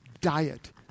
diet